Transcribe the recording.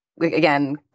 again